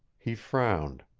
he frowned.